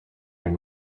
and